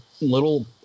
little